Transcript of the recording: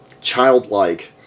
childlike